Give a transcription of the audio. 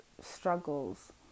struggles